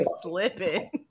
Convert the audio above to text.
slipping